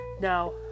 Now